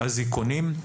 אזיקונים,